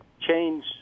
change